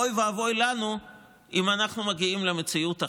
אוי ואבוי לנו אם אנחנו מגיעים למציאות אחרת,